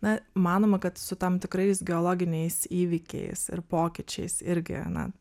na manoma kad su tam tikrais geologiniais įvykiais ir pokyčiais irgi na